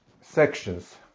sections